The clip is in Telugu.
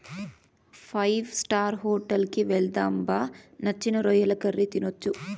ఫైవ్ స్టార్ హోటల్ కి వెళ్దాం బా నచ్చిన రొయ్యల కర్రీ తినొచ్చు